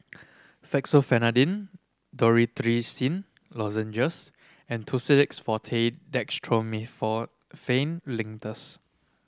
Fexofenadine Dorithricin Lozenges and Tussidex Forte Dextromethorphan Linctus